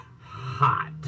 hot